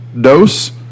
Dose